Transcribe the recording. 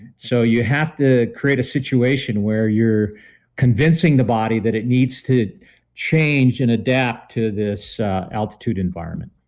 so you have to create a situation where you're convincing the body that it needs to change and adapt to this altitude environment